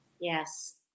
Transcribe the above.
Yes